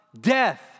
death